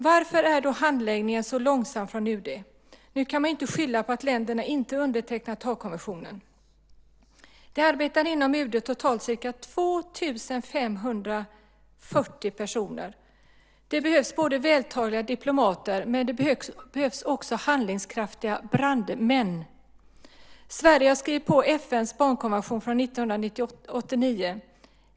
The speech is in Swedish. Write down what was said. Varför är handläggningen så långsam på UD? Nu kan man inte skylla på att länderna inte har undertecknat Haagkonventionen. Det arbetar inom UD totalt ca 2 540 personer. Det behövs både vältaliga diplomater men också handlingskraftiga brandmän. Sverige har skrivit på FN:s barnkonvention från 1989.